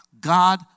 God